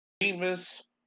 famous